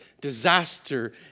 disaster